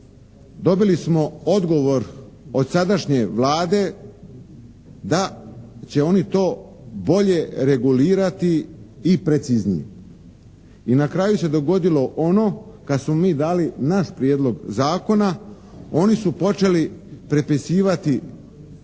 dobili smo odgovor od sadašnje Vlade da će oni to bolje regulirati i preciznije. I na kraju se dogodilo ono, kad smo mi dali naš prijedlog zakona oni su počeli prepisivati